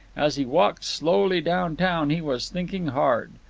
as he walked slowly down-town he was thinking hard.